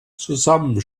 zusammen